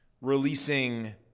releasing